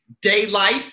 Daylight